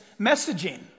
messaging